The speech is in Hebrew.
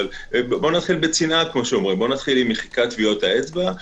אבל בואו נתחיל בצנעה במחיקת טביעות האצבע.